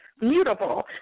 mutable